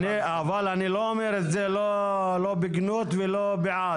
לא בגנות ולא בעד,